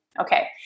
Okay